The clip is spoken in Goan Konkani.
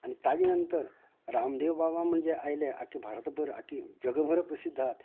आनी ताजे नंतर रामदेव बाबा म्हणजे आयलें आख्खें भारत भर आख्खें जग भर प्रसिध्द आहात